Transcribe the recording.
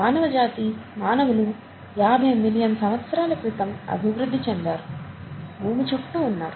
మానవజాతి మానవులు యాభై మిలియన్ సంవత్సరాల క్రితం అభివృద్ధి చెందారు భూమి చుట్టూ ఉన్నారు